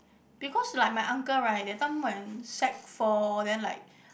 because like my uncle right that time when sec four then like